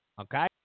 okay